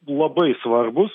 labai svarbūs